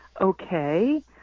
Okay